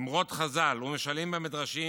אמרות חז"ל ומשלים ומדרשים